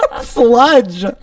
sludge